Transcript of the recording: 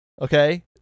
Okay